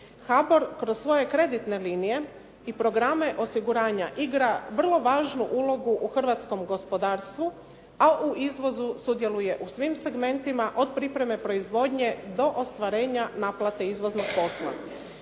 HBOR kroz svoje kreditne linije i programe osiguranja igra vrlo važnu ulogu u Hrvatskom gospodarstvu a u izvozu sudjeluje u svim segmentima od pripreme proizvodnje do ostvarenja naplate izvoznog posla.